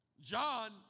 John